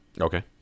Okay